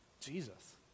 Jesus